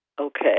Okay